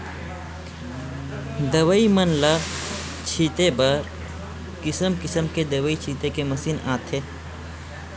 दवई मन ल छिते बर किसम किसम के दवई छिते के मसीन आथे